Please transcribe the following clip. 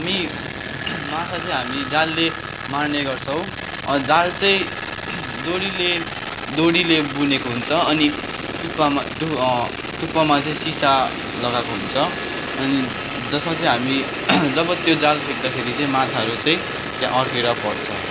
हामी माछा चाहिँ हामी जालले मार्ने गर्छौँ जाल चाहिँ डोरीले डोरीले बुनेको हुन्छ अनि टुप्पामा टुप्पोमा चाहिँ सिसा लगाएको हुन्छ अनि जसमा चाहिँ हामी जब त्यो जाल फ्याँक्दाखेरि माछाहरू चाहिँ त्यहाँ अड्केर पर्छ